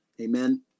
Amen